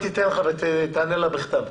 תענה לה בכתב.